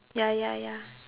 ya ya ya